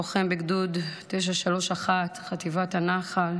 לוחם בגדוד 931, חטיבת הנח"ל.